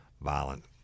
violent